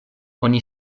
oni